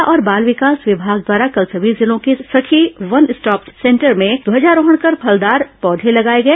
महिला और बाल विकास विमाग द्वारा कल सभी जिलों के सखी वन स्टॉफ सेंटर में ध्वजारोहण कर फलदार पौधे लगाए गए